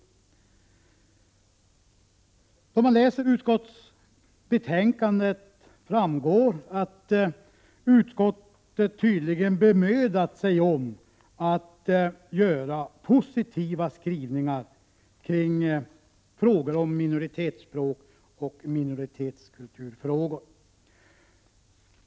Då man läser utskottsbetänkandet ser man att utskottet tydligen bemödat sig om positiva skrivningar när det gäller frågor om minoritetsspråk och minoritetskultur.